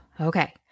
Okay